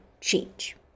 change